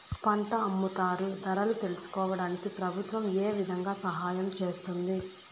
పంట అమ్ముతారు ధరలు తెలుసుకోవడానికి ప్రభుత్వం ఏ విధంగా సహాయం చేస్తుంది?